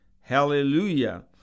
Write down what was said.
Hallelujah